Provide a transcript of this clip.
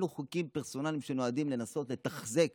אלו חוקים פרסונליים, שנועדים לנסות לתחזק